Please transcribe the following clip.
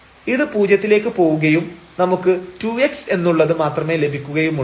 ഇത് പൂജ്യത്തിലേക്ക് പോവുകയും നമുക്ക് 2x എന്നുള്ളത് മാത്രമേ ലഭിക്കുകയുമുള്ളൂ